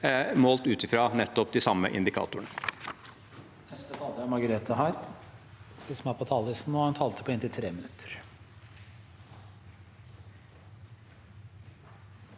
målt ut fra akkurat de samme indikatorene